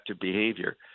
behavior